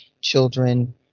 children